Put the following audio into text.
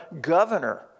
governor